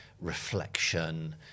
reflection